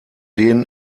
den